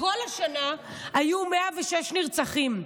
כל השנה, היו 106 נרצחים,